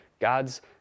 God's